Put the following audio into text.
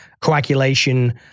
coagulation